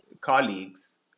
colleagues